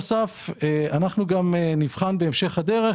אנחנו גם נבחן בהמשך הדרך